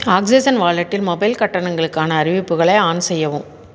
oxygen வாலெட்டில் mobile கட்டணங்களுக்கான அறிவிப்புகளை ஆன் செய்யவும்